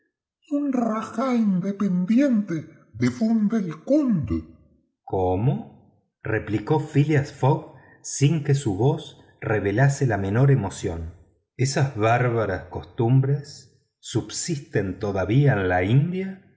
un rajá independiente de bundelkund cómo replicó phileas fogg sin que su voz revelase la menor emoción esas bárbaras costumbres subsisten todavía en la india